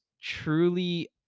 truly